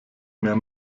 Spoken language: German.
mehr